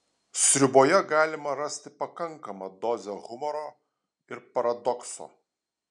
sriuboje galima rasti pakankamą dozę humoro ir paradokso